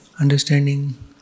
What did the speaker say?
understanding